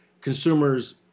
consumers